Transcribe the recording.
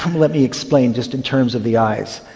um let me explain, just in terms of the eyes.